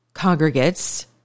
congregates